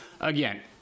again